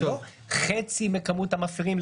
זה לא חצי מכמות המפרים,